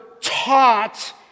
taught